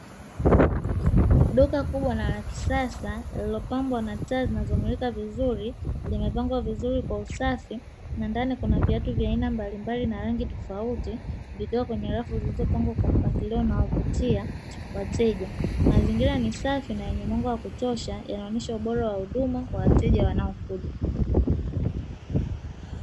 Duka kubwa na la kisasa lililopambwa na taa zinazomulika vizuri, limepangwa vizuri kwa usafi na ndani kuna viatu mbalimbali na rangi tofauti, vikiwa kwenye rafu zilizopangwa kwa mpangilio unaovutia wateja. Mazingira ni safi na yenye mwanga wa kutosha yanayoonyesha ubora wa huduma kwa wateja wanaokuja.